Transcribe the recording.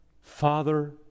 Father